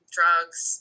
drugs